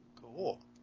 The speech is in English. Cool